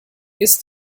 ist